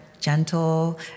gentle